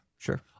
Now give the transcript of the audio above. Sure